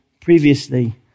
previously